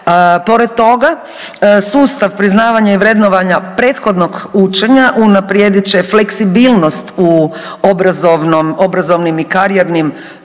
Pored toga, sustav priznavanja i vrednovanja prethodnog učenja unaprijedit će fleksibilnost u obrazovnim i karijernim,